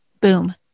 Boom